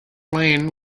lane